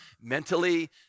mentally